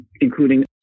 including